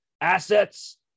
assets